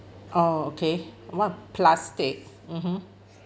orh okay what plastic mmhmm